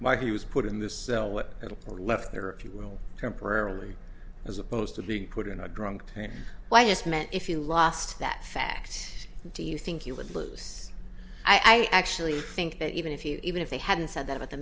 my he was put in this cell what it'll probably left there if you will temporarily as opposed to being put in a drunk tank why is meant if you lost that fact do you think you would loose i actually think that even if you even if they hadn't said that at the